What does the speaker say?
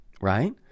right